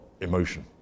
emotion